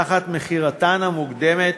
תחת מכירתן המוקדמת,